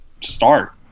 start